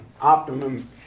optimum